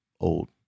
old